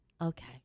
Okay